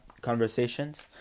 conversations